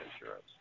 insurance